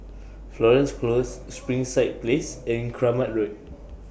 Florence Close Springside Place and Kramat Road